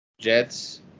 Jets